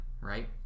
right